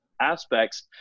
aspects